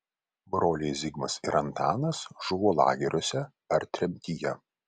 broliai zigmas ir antanas žuvo lageriuose ar tremtyje